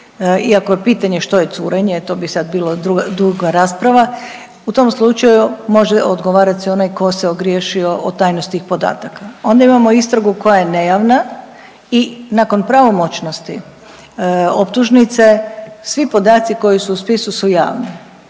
iako je pitanje što je curenje to bi sad bila duga rasprava u tom slučaju može odgovarati onaj ko se ogriješio o tajnost tih podataka. Ona imamo istragu koja je nejavna i nakon pravomoćnosti optužnice svi podaci koji su u spisu su javni.